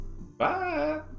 Bye